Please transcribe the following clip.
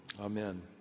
Amen